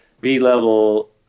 B-level